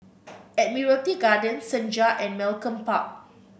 Admiralty Garden Senja and Malcolm Park